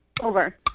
Over